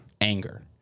Anger